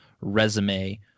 resume